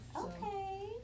Okay